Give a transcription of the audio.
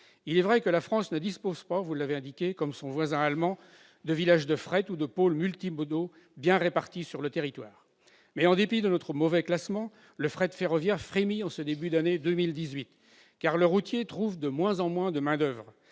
Il est vrai que la France ne dispose pas, comme son voisin allemand, de « villages de fret » ou de pôles multimodaux bien répartis sur le territoire. Cependant, en dépit de notre mauvais classement, le fret ferroviaire frémit en ce début d'année 2018, car le routier trouve de moins en moins de main-d'oeuvre.